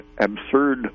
absurd